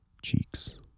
Cheeks